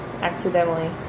accidentally